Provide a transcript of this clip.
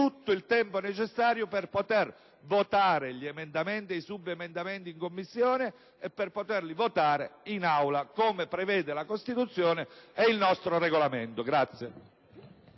tutto il tempo necessario per poter votare gli emendamenti e i subemendamenti in Commissione e per poterli poi votare Aula, come prevedono la Costituzione e il nostro Regolamento.